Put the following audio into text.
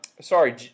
sorry